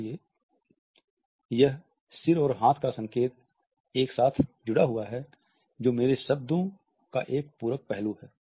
इसलिए यह सिर और हाथ का संकेत एक साथ जुड़ा हुआ है जो मेरे शब्दों का एक पूरक पहलू है